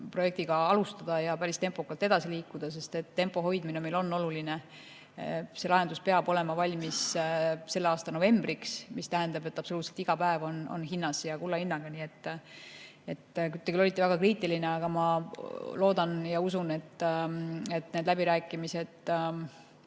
projektiga alustada ja päris tempokalt edasi liikuda, sest tempo hoidmine on oluline. See lahendus peab olema valmis selle aasta novembriks, mis tähendab, et absoluutselt iga päev on hinnas ja kulla hinnaga. Te küll olite väga kriitiline, aga ma loodan ja usun, et need läbirääkimised